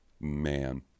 Man